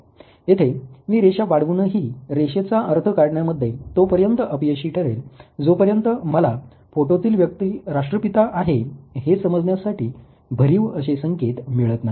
येथे मी रेषा वाढवूनही रेषेचा अर्थ काढण्यामध्ये तोपर्यंत अपयशी ठरेल जोपर्यंत मला फोटोतील व्यक्ती राष्ट्रपिता आहे हे समजण्यासाठी भरीव असे संकेत मिळत नाही